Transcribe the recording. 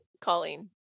Colleen